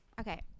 Okay